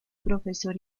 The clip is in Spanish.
profesor